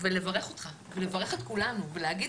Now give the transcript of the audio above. ולברך אותך ולברך את כולנו ולהגיד: